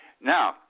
Now